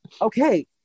okay